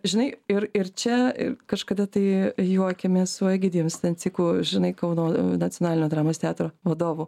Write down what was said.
žinai ir ir čia ir kažkada tai juokėmės su egidijum stanciku žinai kauno nacionalinio dramos teatro vadovu